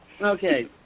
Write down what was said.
Okay